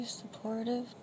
supportive